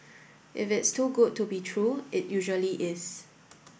if it's too good to be true it usually is